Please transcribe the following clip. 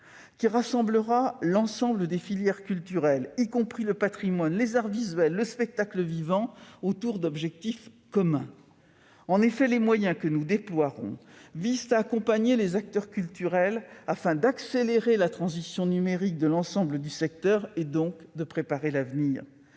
qui rassemblera l'ensemble des filières culturelles, y compris le patrimoine, les arts visuels, le spectacle vivant, autour d'objectifs communs. Les moyens que nous déploierons visent à accompagner les acteurs culturels afin d'accélérer la transition numérique de l'ensemble du secteur et donc de préparer l'avenir.